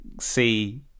see